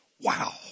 Wow